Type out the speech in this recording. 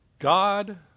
God